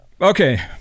Okay